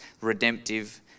redemptive